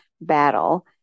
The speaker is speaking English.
battle